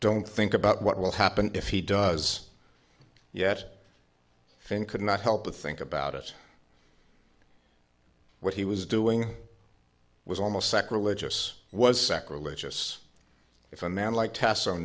don't think about what will happen if he does yet and could not help but think about it what he was doing was almost sacrilegious was sacrilegious if a man like t